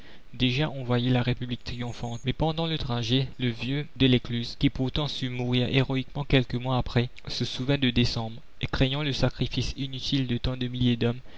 déjà on voyait la république triomphante mais pendant le trajet le vieux delescluze qui pourtant sut mourir héroïquement quelques mois après se souvint de décembre et craignant le sacrifice inutile de tant de milliers d'hommes